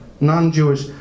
non-Jewish